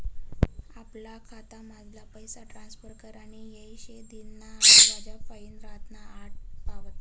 आपला खातामझारला पैसा ट्रांसफर करानी येय शे दिनना आठ वाज्यापायीन रातना आठ पावत